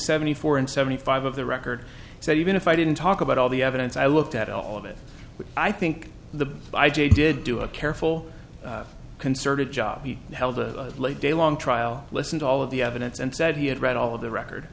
seventy four and seventy five of the record so even if i didn't talk about all the evidence i looked at all of it i think the i j did do a careful concerted job he held a day long trial listen to all of the evidence and said he had read all of the record